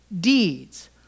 deeds